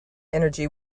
energy